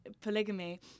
polygamy